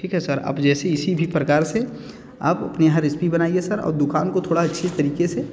ठीक है सर जैसे इसी भी प्रकार से आप अपने यहाँ रेसिपी बनाइए सर और दुकान को थोड़ा अच्छे तरीक़े से